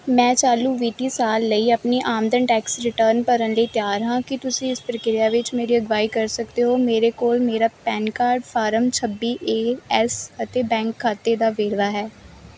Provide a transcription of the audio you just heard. ਮੈਂ ਚਾਲੂ ਵਿੱਤੀ ਸਾਲ ਲਈ ਆਪਣੀ ਆਮਦਨ ਟੈਕਸ ਰਿਟਰਨ ਭਰਨ ਲਈ ਤਿਆਰ ਹਾਂ ਕੀ ਤੁਸੀਂ ਇਸ ਪ੍ਰਕਿਰਿਆ ਵਿੱਚ ਮੇਰੀ ਅਗਵਾਈ ਕਰ ਸਕਦੇ ਹੋ ਮੇਰੇ ਕੋਲ ਮੇਰਾ ਪੈਨ ਕਾਰਡ ਫਾਰਮ ਛੱਬੀ ਏ ਐੱਸ ਅਤੇ ਬੈਂਕ ਖਾਤੇ ਦਾ ਵੇਰਵਾ ਹੈ